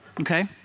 Okay